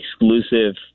exclusive